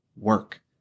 work